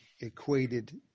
equated